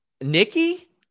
Nikki